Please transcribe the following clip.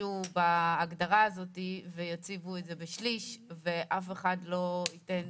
ישתמשו בהגדרה הזאת ויציבו את זה בשליש ואף אחד לא ייתן